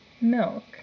milk